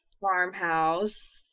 farmhouse